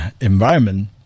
environment